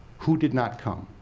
who did not come?